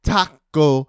Taco